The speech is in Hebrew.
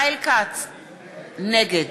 נגד